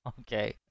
Okay